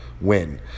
win